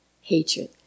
hatred